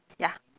ya